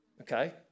okay